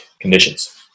conditions